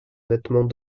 nettement